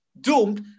doomed